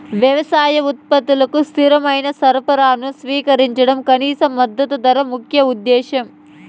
వ్యవసాయ ఉత్పత్తుల స్థిరమైన సరఫరాను నిర్వహించడం కనీస మద్దతు ధర ముఖ్య ఉద్దేశం